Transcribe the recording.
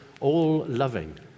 all-loving